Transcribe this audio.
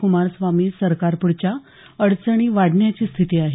कुमारस्वामी सरकारपुढच्या अडचणी वाढण्याची स्थिती आहे